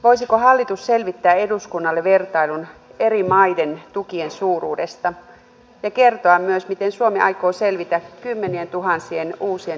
voisiko hallitus selvittää eduskunnalle vertailun eri maiden tukien suuruudesta ja kertoa myös miten suomi aikoo selvitä kymmenientuhansien uusien turvapaikanhakijoiden kustannuksista